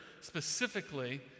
specifically